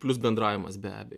plius bendravimas be abejo